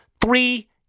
Three